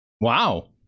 Wow